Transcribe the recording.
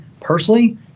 personally